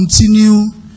continue